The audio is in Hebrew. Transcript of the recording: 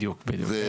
בדיוק, בדיוק.